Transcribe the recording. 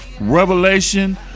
revelation